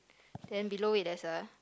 then below it has a